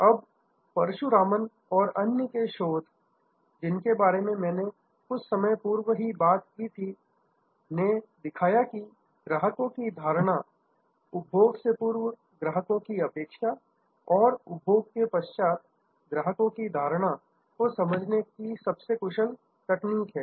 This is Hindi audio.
अब परशुरामन और अन्य के शोध जिनके बारे में मैंने कुछ समय पूर्व ही बात की थी ने दिखाया कि ग्राहकों की धारणा कस्टमर्स परसेप्शन उपभोग से पूर्व ग्राहकों की अपेक्षा और उपभोग के पश्चात ग्राहकों की धारणा को समझने की सबसे कुशल तकनीक है